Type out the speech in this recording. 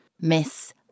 Miss